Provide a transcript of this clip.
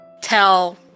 tell